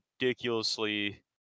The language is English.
ridiculously